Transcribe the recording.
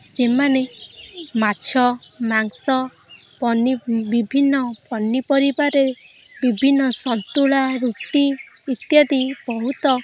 ସେମାନେ ମାଛ ମାଂସ ବିଭିନ୍ନ ପନିପରିବାରେ ବିଭିନ୍ନ ସନ୍ତୁଳା ରୁଟି ଇତ୍ୟାଦି ବହୁତ